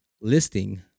listing